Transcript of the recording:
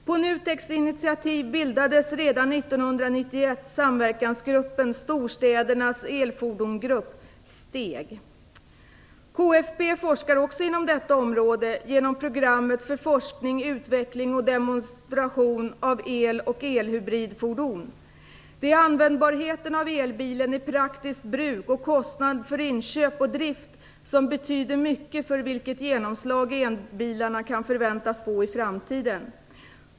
På NUTEK:s initiativ bildades redan KFB forskar också inom detta område genom programmet för forskning, utveckling och demonstration av el och elhybridfordon. Det är användbarheten av elbilen i praktiskt bruk och kostnad för inköp och drift som betyder mycket för vilket genomslag elbilarna kan förväntas få i framtiden.